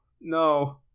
no